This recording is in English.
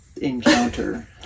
encounter